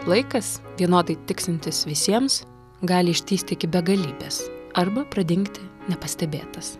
laikas vienodai tiksintis visiems gali ištįsti iki begalybės arba pradingti nepastebėtas